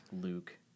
Luke